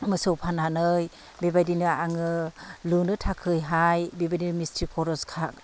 मोसौ फाननानै बेबायदिनो आङो लुनो थाखैहाय बेबायदिनो मिस्थ्रि खरस